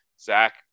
Zach